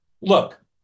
Look